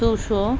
দুশো